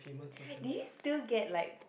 do you still get like